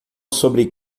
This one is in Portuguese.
sobre